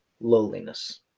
lowliness